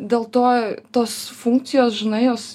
dėl to tos funkcijos žinai jos